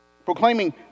Proclaiming